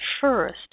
first